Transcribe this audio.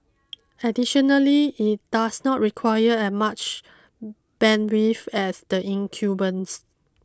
additionally it does not require a much bandwidth as the incumbents